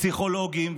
פסיכולוגים,